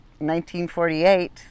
1948